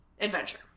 adventure